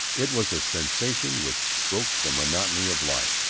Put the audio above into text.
it was a sensation which broke the monotony of life.